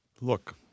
Look